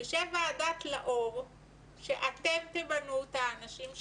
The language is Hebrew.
תשב ועדת לאור שאתם תמנו אותה, אנשים שלכם,